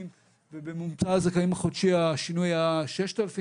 ובממוצע הזכאים החודשי השינוי היה 6,000,